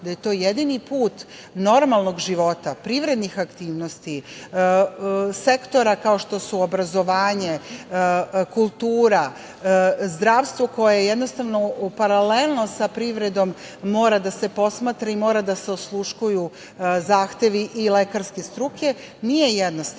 da je to jedini put normalnog života, privrednih aktivnosti, sektora kao što su obrazovanje, kultura, zdravstvo koje paralelno sa privredom mora da se posmatra i mora da se osluškuju zahtevi i lekarske struke? Nije jednostavno,